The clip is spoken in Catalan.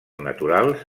naturals